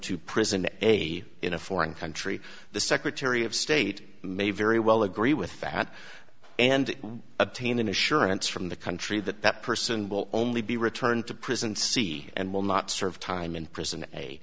to prison a in a foreign country the secretary of state may very well agree with that and obtain an assurance from the country that that person will only be returned to prison see and will not serve time in prison a